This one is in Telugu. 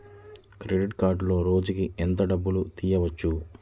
క్రెడిట్ కార్డులో రోజుకు ఎంత డబ్బులు తీయవచ్చు?